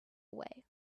away